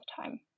time